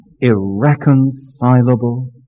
irreconcilable